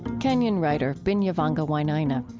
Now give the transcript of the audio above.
kenyan writer binyavanga wainaina.